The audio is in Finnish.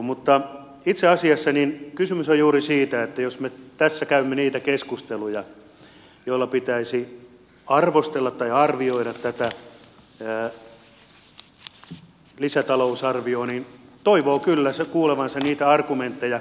mutta itse asiassa kysymys on juuri siitä että jos me tässä käymme niitä keskusteluja joilla pitäisi arvostella tai arvioida tätä lisätalousarviota niin toivoisi kyllä kuulevansa niitä argumentteja